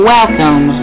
Welcome